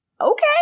okay